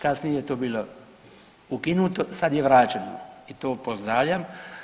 Kasnije je to bilo ukinuto, sad je vraćeno i to pozdravljam.